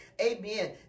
Amen